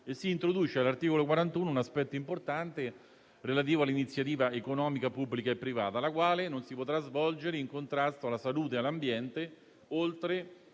si introduce all'articolo 41 un aspetto importante relativo all'iniziativa economica pubblica e privata, la quale non si potrà svolgere in contrasto alla salute e all'ambiente, oltre